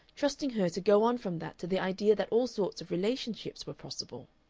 trusting her to go on from that to the idea that all sorts of relationships were possible.